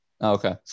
okay